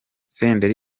senderi